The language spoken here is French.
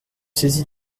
saisi